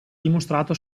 dimostrato